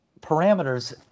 parameters